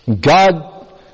God